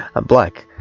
i'm black